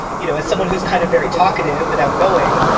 you know, it's someone who's kind of very talkative and outgoing.